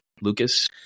Lucas